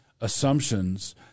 assumptions